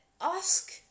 ask